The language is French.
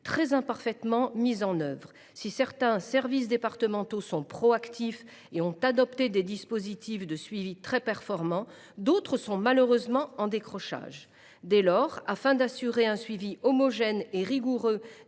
très imparfaitement mises en œuvre. Si certains services départementaux sont proactifs et ont adopté des dispositifs de suivi très performants, d’autres sont, hélas ! en décrochage. Afin d’assurer un suivi homogène et rigoureux